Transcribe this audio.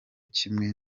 kimwe